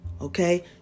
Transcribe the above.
Okay